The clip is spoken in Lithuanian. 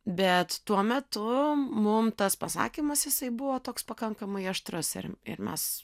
bet tuo metu mum tas pasakymas jisai buvo toks pakankamai aštrus ir ir mes